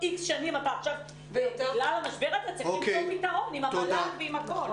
צריך למצוא פתרון עם המל"ג ועם כולם.